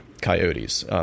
coyotes